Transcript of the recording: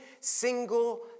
single